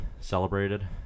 celebrated